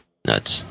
Nuts